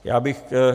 Já bych ke